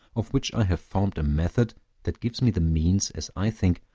of which i have formed a method that gives me the means, as i think,